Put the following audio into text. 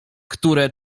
które